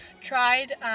tried